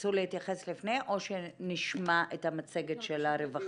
תרצו להתייחס לפני או שנשמע את המצגת של הרווחה.